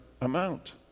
amount